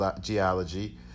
geology